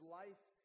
life